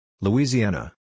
Louisiana